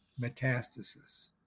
metastasis